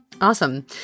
Awesome